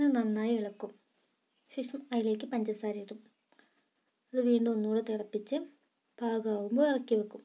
അത് നന്നായി ഇളക്കും ശേഷം അതിലേക്ക് പഞ്ചസാര ഇടും അത് വീണ്ടും ഒന്നുകൂടെ തിളപ്പിച്ച് പാകം ആവുമ്പോൾ ഇറക്കി വയ്ക്കും